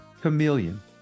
Chameleon